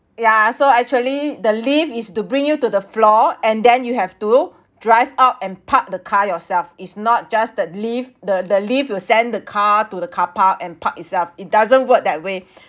yeah so actually the lift is to bring you to the floor and then you have to drive out and park the car yourself it's not just the lift the the lift will send the car to the car park and park itself it doesn't work that way